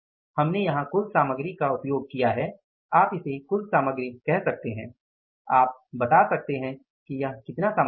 हमने यहां कुल सामग्री का उपयोग किया है आप इसे कुल सामग्री कह सकते हैं आप बता सकते है कि यहाँ कितनी सामग्री है